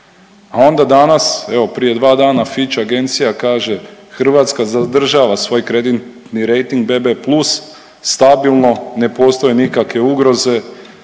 a onda danas evo prije dva dana Fitch agencija kaže Hrvatska zadržava svoj kreditni rejting BB+, stabilno, ne postoje nikakve ugroze,